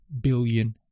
billion